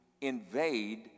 invade